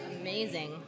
amazing